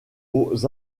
aux